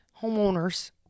homeowners